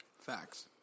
Facts